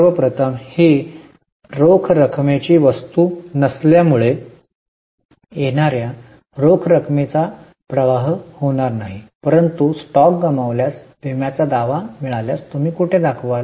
सर्वप्रथम ही रोख रकमेची वस्तू नसल्यामुळे येणाऱ्या रोख रकमेचा प्रवाह होणार नाही परंतु स्टॉक गमावल्यास विम्याचा दावा मिळाल्यास तुम्ही कुठे दाखवाल